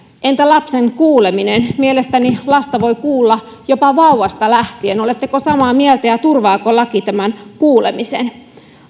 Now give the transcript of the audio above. entä lapsen kuuleminen mielestäni lasta voi kuulla jopa vauvasta lähtien oletteko samaa mieltä ja turvaako laki kuulemisen